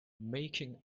making